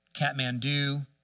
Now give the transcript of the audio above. Kathmandu